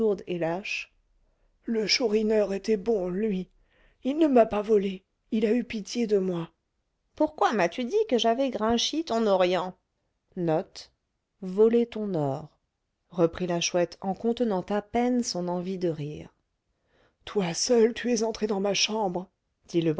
lâche le chourineur était bon lui il ne m'a pas volé il a eu pitié de moi pourquoi m'as-tu dit que j'avais grinchi ton orient reprit la chouette en contenant à peine son envie de rire toi seule tu es entrée dans ma chambre